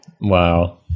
Wow